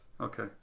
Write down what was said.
Okay